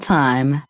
time